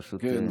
זה פשוט מדהים.